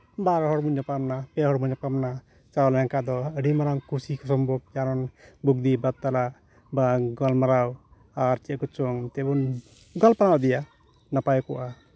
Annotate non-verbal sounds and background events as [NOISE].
ᱵᱟᱨ ᱦᱚᱲ ᱵᱚᱱ ᱧᱟᱯᱟᱢ ᱱᱟ ᱯᱮ ᱦᱚᱲ ᱵᱚᱱ ᱧᱟᱯᱟᱢ ᱱᱟ ᱪᱟᱞᱟᱣ ᱞᱮᱱᱠᱷᱟᱱ ᱫᱚ ᱟᱹᱰᱤ ᱢᱟᱨᱟᱝ ᱠᱩᱥᱤ ᱥᱚᱢᱵᱷᱚᱵᱽ ᱠᱟᱨᱚᱱ [UNINTELLIGIBLE] ᱵᱟᱨᱛᱟᱞᱟᱯ ᱵᱟ ᱜᱟᱞᱢᱟᱨᱟᱣ ᱟᱨ ᱪᱮᱫ ᱠᱚᱪᱚᱝ ᱛᱮᱵᱚᱱ ᱜᱟᱞᱢᱟᱨᱟᱣ ᱤᱫᱤᱭᱟ ᱱᱟᱯᱟᱭ ᱠᱚᱜᱼᱟ